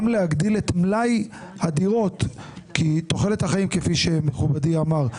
גם להגדיל את מלאי הדירות כי תוחלת החיים כפי שמכובדי אמר,